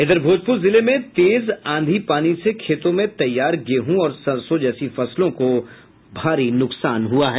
इधर भोजपुर जिले में तेज आंधी पानी से खेतों में तैयार गेहूं और सरसो जैसी फसलों को भारी नुकसान हुआ है